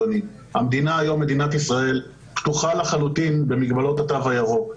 מדינת ישראל היום פתוחה לחלוטין במגבלות התו הירוק.